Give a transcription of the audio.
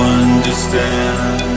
understand